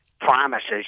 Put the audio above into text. promises